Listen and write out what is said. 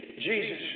Jesus